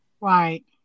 Right